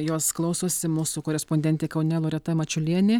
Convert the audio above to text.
jos klausosi mūsų korespondentė kaune loreta mačiulienė